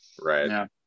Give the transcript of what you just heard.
Right